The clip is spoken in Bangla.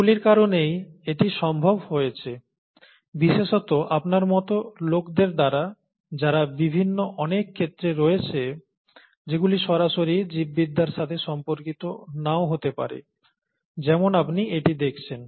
এগুলির কারণেই এটি সম্ভব হয়েছে বিশেষত আপনার মতো লোকদের দ্বারা যারা বিভিন্ন অনেক ক্ষেত্রে রয়েছে যেগুলি সরাসরি জীববিদ্যার সাথে সম্পর্কিত নাও হতে পারে যেমন আপনি এটি দেখছেন